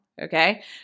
Okay